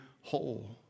whole